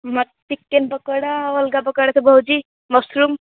ମୋ ଚିକେନ ପକୋଡ଼ା ଅଲଗା ପ୍ରକାର ସବୁ ହେଉଛି ମସରୁମ୍